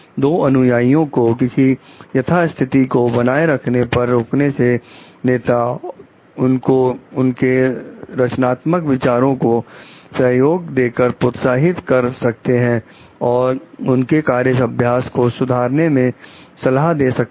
दो अनुयायियों को किसी यथास्थिति को बनाए रखने कर रोकने से नेता उनको उनके रचनात्मक विचारों को सहयोग देकर प्रोत्साहित कर सकते हैं और उनके कार्य अभ्यास को सुधारने की सलाह दे सकते हैं